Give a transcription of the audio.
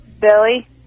Billy